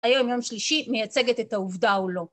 היום יום שלישי מייצגת את העובדה או לא